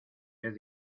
vez